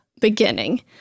beginning